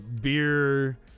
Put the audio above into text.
beer